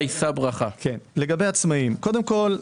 לגבי עצמאיים, קודם כל,